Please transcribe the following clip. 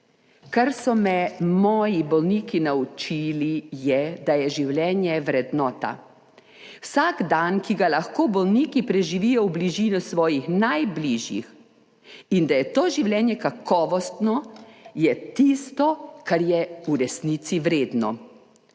"Kar so me moji bolniki naučili je, da je življenje vrednota. Vsak dan, ki ga lahko bolniki preživijo v bližini svojih najbližjih in da je to življenje kakovostno, je tisto, kar je v resnici vredno.